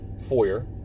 foyer